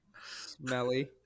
Smelly